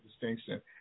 distinction